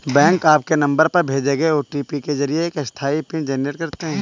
bank आपके नंबर पर भेजे गए ओ.टी.पी के जरिए एक अस्थायी पिन जनरेट करते हैं